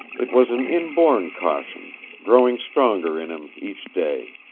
it was an inborn caution, growing stronger in him each day.